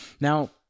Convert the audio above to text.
Now